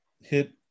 hit